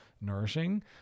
nourishing